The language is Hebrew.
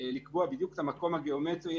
לקבוע בדיוק את המקום הגיאומטרי,